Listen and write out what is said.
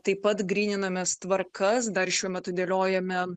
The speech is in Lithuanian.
taip pat gryninamės tvarkas dar šiuo metu dėliojame